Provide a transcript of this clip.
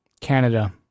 Canada